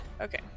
Okay